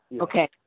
Okay